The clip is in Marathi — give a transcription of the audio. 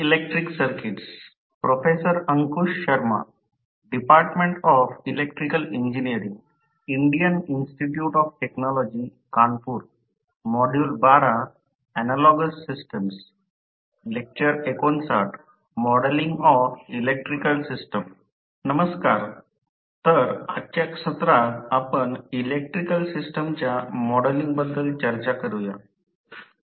नमस्कार तर आजच्या सत्रात आपण इलेक्ट्रिकल सिस्टमच्या मॉडेलिंगबद्दल चर्चा करूया